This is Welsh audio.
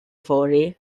fory